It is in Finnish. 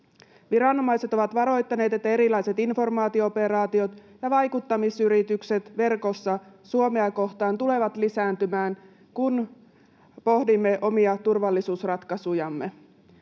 Viranomaiset ovat varoittaneet, että erilaiset informaatio-operaatiot ja vaikuttamisyritykset verkossa tulevat Suomea kohtaan lisääntymään, kun pohdimme omia turvallisuusratkaisujamme.